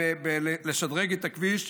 לשדרג את הכביש.